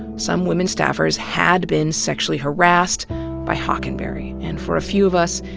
some women staffers had been sexually harassed by hockenberry. and for a few of us,